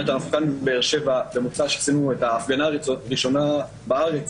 במוצאי שבת בבאר-שבע עשינו את ההפגנה הראשונה בארץ.